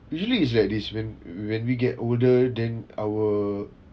usually is like this when when we get older than our